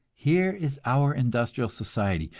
here is our industrial society,